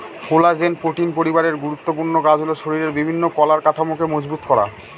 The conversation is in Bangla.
কোলাজেন প্রোটিন পরিবারের গুরুত্বপূর্ণ কাজ হল শরীরের বিভিন্ন কলার কাঠামোকে মজবুত করা